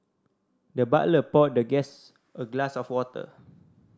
the butler poured the guests a glass of water